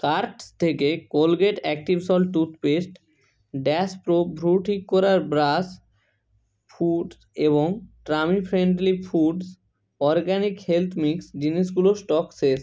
carts থেকে Colgate active salt toothpaste dash pro ভ্রু ঠিক করার ব্রাশ ফুট এবং tummy friendly foods organic health mix জিনিসগুলোর স্টক শেষ